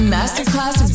Masterclass